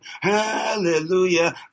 hallelujah